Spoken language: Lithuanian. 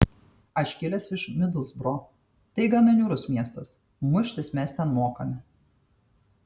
aš kilęs iš midlsbro tai gana niūrus miestas muštis mes ten mokame